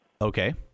Okay